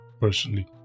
personally